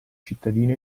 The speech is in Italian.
cittadino